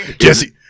Jesse